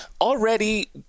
already